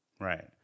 Right